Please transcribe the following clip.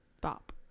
Bop